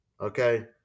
Okay